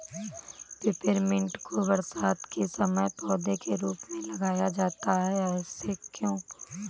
Peppermint को बरसात के समय पौधे के रूप में लगाया जाता है ऐसा क्यो?